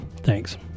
Thanks